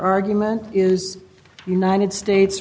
argument is united states